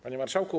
Panie Marszałku!